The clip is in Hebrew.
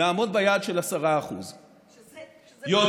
נעמוד ביעד של 10%. זה מגוחך,